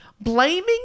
Blaming